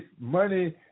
money